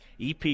ep